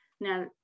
Now